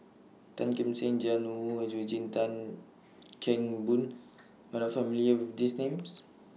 Tan Kim Seng Jiang Hu Eugene Tan Kheng Boon YOU Are not familiar with These Names